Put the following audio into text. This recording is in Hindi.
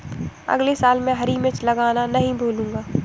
अगले साल मैं हरी मिर्च लगाना नही भूलूंगा